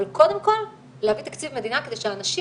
אבל קודם כל להביא תקציב מדינה כדי שהאנשים